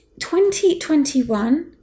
2021